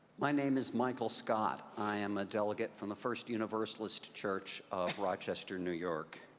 my name is michael scott. i am a delegate from the first universalist church of rochester, new york.